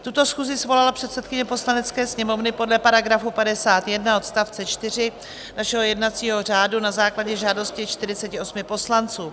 Tuto schůzi svolala předsedkyně Poslanecké sněmovny podle § 51 odst. 4 našeho jednacího řádu na základě žádosti 48 poslanců.